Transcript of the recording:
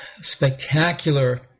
spectacular